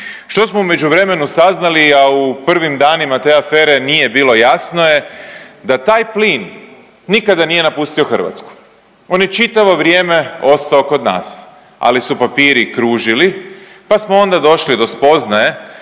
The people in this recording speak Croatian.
Što smo u međuvremenu saznali, a u prvim danima te afere nije bilo jasno je, da taj plin nikada nije napustio Hrvatsku. On je čitavo vrijeme ostao kod nas, ali su papiri kružili pa smo onda došli do spoznaje